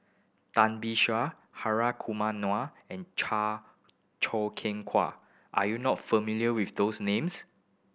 Tan Beng Hri Kumar Nair and Choo Keng Kwang are you not familiar with those names